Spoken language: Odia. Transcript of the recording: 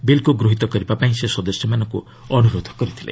ବିଲ୍କୁ ଗୃହିତ କରିବା ପାଇଁ ସେ ସଦସ୍ୟମାନଙ୍କୁ ଅନ୍ତରୋଧ କରିଥିଲେ